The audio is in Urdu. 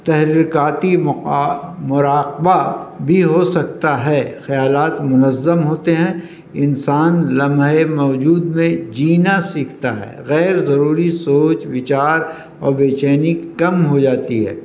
تحرکاتی مقا مراقبہ بھی ہو سکتا ہے خیالات منظم ہوتے ہیں انسان لمحۂ موجود میں جینا سیکھتا ہے غیر ضروری سوچ وچار اور بےچینی کم ہو جاتی ہے